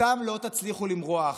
אותם לא תצליחו למרוח.